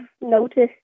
noticed